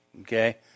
Okay